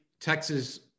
Texas